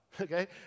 okay